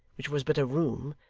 which was but a room,